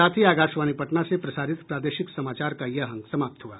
इसके साथ ही आकाशवाणी पटना से प्रसारित प्रादेशिक समाचार का ये अंक समाप्त हुआ